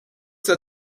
der